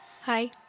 Hi